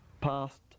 past